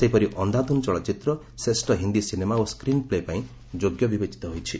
ସେହିପରି ଅନ୍ଧାଧୁନ୍ ଚଳଚ୍ଚିତ୍ର ଶ୍ରେଷ୍ଠ ହିନ୍ଦୀ ସିନେମା ଓ ଷ୍କ୍ରିନ୍ ପ୍ଲେ ପାଇଁ ଯୋଗ୍ୟ ବିବେଚିତ ହୋଇଛି